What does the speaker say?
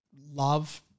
love